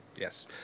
Yes